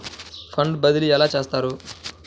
Fund బదిలీ ఎలా చేస్తారు?